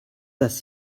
das